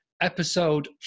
episode